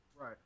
right